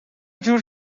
جور